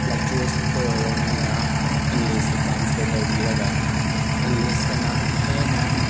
lectures ꯈꯣꯏ ꯑꯣꯏꯔꯣ ꯃꯣꯏꯅ ꯏꯪꯂꯤꯁꯇ ꯇ꯭ꯔꯥꯟꯁꯂꯦꯠ ꯇꯧꯕꯤꯔꯒ ꯏꯪꯂꯤꯁꯇꯅ ꯍꯦꯟꯅ